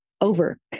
over